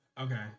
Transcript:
Okay